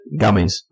gummies